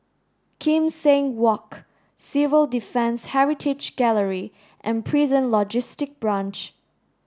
Kim Seng Walk Civil Defence Heritage Gallery and Prison Logistic Branch